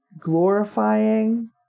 glorifying